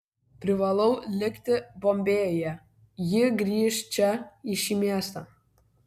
privalau likti bombėjuje ji grįš čia į šį miestą